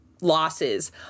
losses